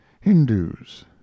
Hindus